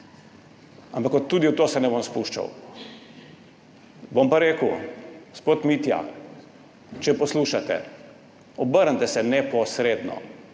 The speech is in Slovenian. Ampak tudi v to se ne bom spuščal. Bom pa rekel, gospod Mitja, če poslušate, obrnite se neposredno,